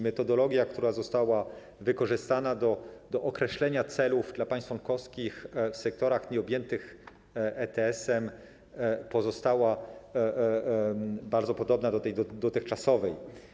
Metodologia, która została wykorzystana do określenia celów dla państw członkowskich w sektorach nieobjętych ETS-em, pozostała bardzo podobna do dotychczasowej.